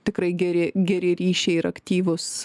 tikrai geri geri ryšiai ir aktyvūs